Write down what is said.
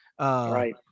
right